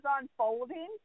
unfolding